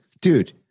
dude